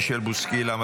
מישל בוסקילה,